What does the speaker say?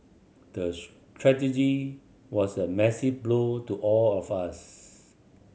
the tragedy was a massive blow to all of us